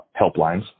helplines